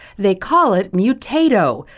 they call it mutato,